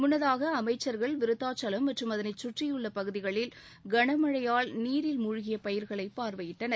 முன்னதாக அமைச்சர்கள் விருத்தாச்சலம் மற்றும் அதனைச் சுற்றியுள்ள பகுதிகளில் கனமழையால் நீரில் முழ்கிய பயிர்களை பார்வையிட்டனர்